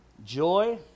Joy